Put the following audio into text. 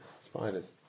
Spiders